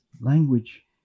language